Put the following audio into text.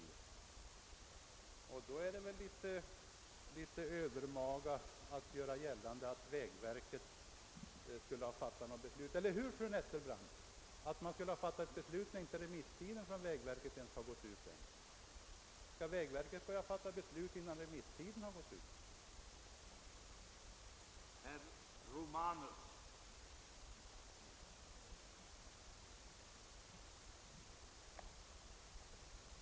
Då är det väl litet övermaga att göra gällande att vägverket skulle ha fattat något beslut, eller hur, fru Nettelbrandt? Skall vägverket börja fatta beslut innan remisstiden har gått ut?